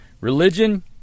Religion